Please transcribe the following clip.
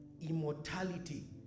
immortality